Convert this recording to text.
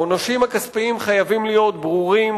העונשים הכספיים חייבים להיות ברורים,